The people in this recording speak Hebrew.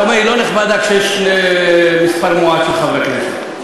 אתה אומר: היא לא נכבדה כשיש מספר מועט של חברי כנסת.